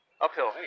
Uphill